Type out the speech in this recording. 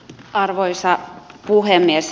arvoisa puhemies